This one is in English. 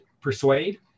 persuade